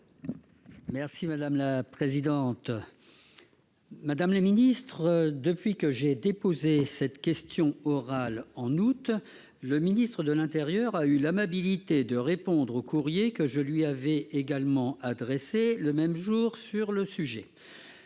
Merci madame la présidente, madame la ministre, depuis que j'ai déposé cette question orale en août, le ministre de l'Intérieur a eu l'amabilité de répondre au courrier que je lui avais également adressé le même jour sur le sujet